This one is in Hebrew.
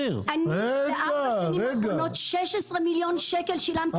בארבע השנים האחרונות שילמתי 16 מיליון שקלים למכס.